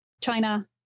China